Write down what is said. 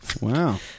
Wow